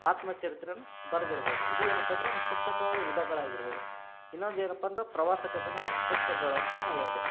ಆತ್ಮಚರಿತ್ರೆಯನ್ನು ಬರೆದಿರ್ಬೋದ್ ಇದು ಏನಪ್ಪಾ ಅಂದ್ರೆ ಒಂದು ಪುಸ್ತಕಗಳ ವಿಧಗಳಾಗಿರ್ಬೋದು ಇನ್ನೊಂದೇನಪ್ಪ ಅಂದ್ರೆ ಪ್ರವಾಸ ಕಥನದ ಪುಸ್ತಕಗಳಂತ ನಾ ಹೇಳ್ದೆ